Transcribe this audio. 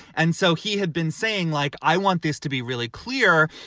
and so he had been saying like, i want this to be really clear.